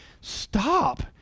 Stop